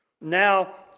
Now